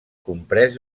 comprès